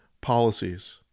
policies